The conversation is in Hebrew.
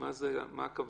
למה הכוונה?